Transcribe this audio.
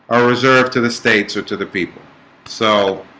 are reserved to the states or to the people so